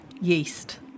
yeast